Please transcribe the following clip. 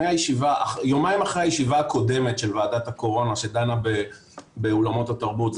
יומיים אחרי הישיבה הקודמת של ועדת הקורונה שדנה באולמות התרבות,